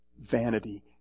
vanity